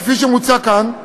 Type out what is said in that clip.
כפי שמוצע כאן,